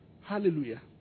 Hallelujah